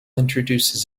introduces